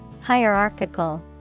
Hierarchical